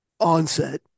onset